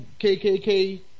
KKK